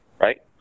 right